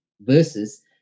Versus